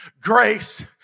grace